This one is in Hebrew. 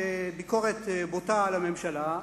בביקורת בוטה על הממשלה,